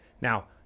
Now